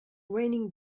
raining